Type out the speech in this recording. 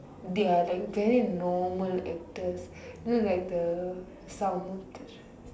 they are like very normal actors you know like the Sankar